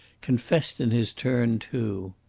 confessed in his turn too.